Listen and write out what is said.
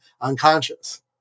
unconscious